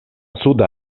suda